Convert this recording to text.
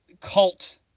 cult